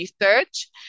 research